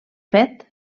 fet